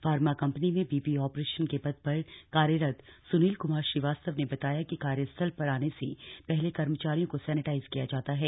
pharma company में BP operation के पद पर कार्यरत सुनील कुमार श्रीवास्तव ने बताया कि कार्यस्थल पर आने से पहले कर्मचारियों को सैनिटाइज किया जाता है